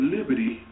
Liberty